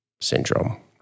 syndrome